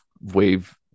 wave